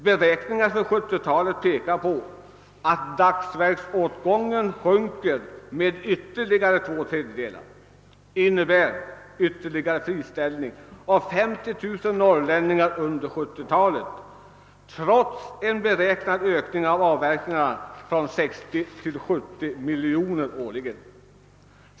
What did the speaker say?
Beräkningar för 1970-talet pekar på att dagsverksåtgången sjunker ytterligare med två tredjedelar från läget 1967. Det innebär friställning av 50 000 norrlänningar under 1970-talet trots en beräknad ökning av avverkningarna från 60 miljoner till 70 miljoner årligen.